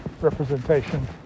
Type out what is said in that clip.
representation